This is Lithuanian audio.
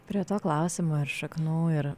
prie to klausimo ir šaknų ir